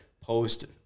post